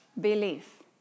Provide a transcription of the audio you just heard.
Belief